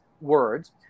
words